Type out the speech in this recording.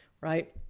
right